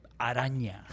Araña